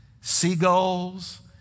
Seagulls